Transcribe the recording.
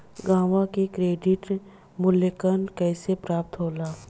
गांवों में क्रेडिट मूल्यांकन कैसे प्राप्त होला?